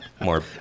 more